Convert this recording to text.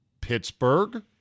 Pittsburgh